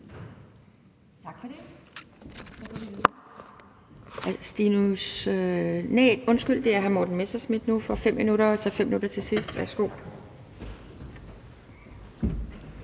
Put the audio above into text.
Tak for det.